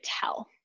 tell